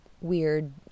weird